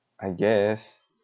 I guess